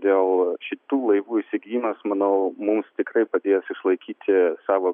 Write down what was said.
dėl šitų laivų įsigijimas manau mums tikrai padės išlaikyti savo